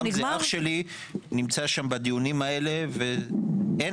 אח שלי נמצא בדיונים האלה, ואין